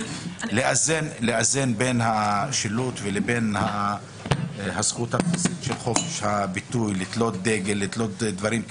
לאזן בין השילוט לבין הזכות הבסיסית של חופש הביטוי של לתלות דגל למשל.